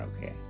okay